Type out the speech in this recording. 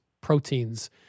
proteins